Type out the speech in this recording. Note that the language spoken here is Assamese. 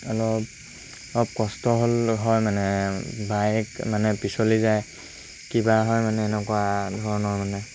অলপ অলপ কষ্ট হ'ল হয় মানে বাইক মানে পিছলি যায় কিবা হয় মানে এনেকুৱা ধৰণৰ মানে